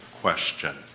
question